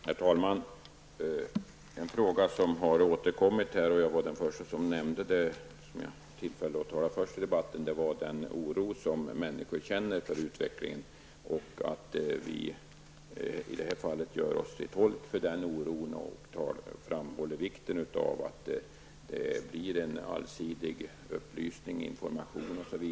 Herr talman! En fråga som har upprepats här -- jag var för övrigt den förste att ta upp den, eftersom jag var den förste talaren i den här debatten -- gäller den oro som människor känner inför utvecklingen i detta sammanhang. I det här fallet gör vi oss till tolk för denna oro som människor känner. Vi understryker vikten av en allsidig upplysning och information.